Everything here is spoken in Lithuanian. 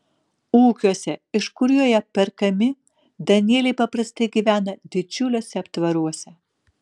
ūkiuose iš kurių jie perkami danieliai paprastai gyvena didžiuliuose aptvaruose